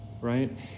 right